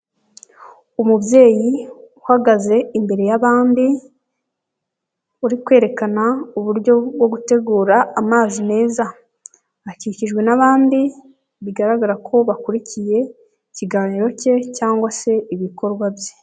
Umubyeyi uhagaze imbere y'abandi, uri kwerekana uburyo bwo gutegura amazi meza akikijwe n'abandi, bigaragara ko bakurikiye ikiganiro ke cyangwa se ibikorwa bye.